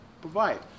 provide